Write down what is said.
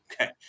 Okay